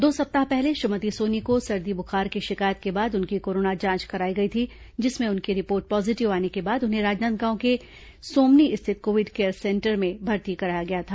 दो सप्ताह पहले श्रीमती सोनी को सर्दी बुखार की शिकायत के बाद उनकी कोरोना जांच कराई गई थी जिसमें उनकी रिपोर्ट पॉजीटिव आने के बाद उन्हें राजनांदगांव के सोमनी स्थित कोविड केयर सेंटर में भर्ती कराया गया था